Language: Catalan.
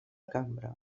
cambra